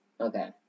Okay